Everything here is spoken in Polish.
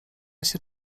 się